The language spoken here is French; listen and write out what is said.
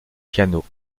piano